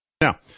now